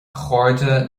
chairde